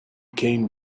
came